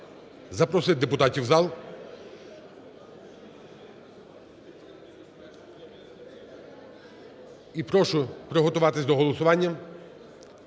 запросити депутатів в зал і прошу приготуватися до голосування.